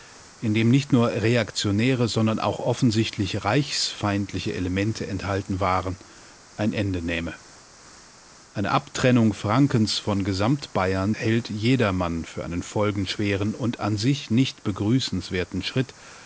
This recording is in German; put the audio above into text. in dem nicht nur reaktionäre sondern auch offensichtlich reichsfeindliche elemente enthalten waren ein ende nähme eine abtrennung frankens von gesamtbayern hält jedermann für einen folgenschweren und an sich nicht begrüßenswerten schritt